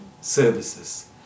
services